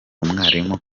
umwarimu